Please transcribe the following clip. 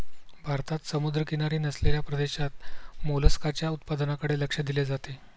भारतात समुद्रकिनारी नसलेल्या प्रदेशात मोलस्काच्या उत्पादनाकडे लक्ष दिले जाते